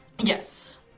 Yes